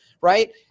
right